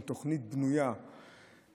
עם תוכנית בנויה לפרטי-פרטים,